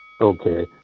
okay